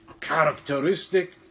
characteristic